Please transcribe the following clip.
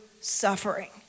suffering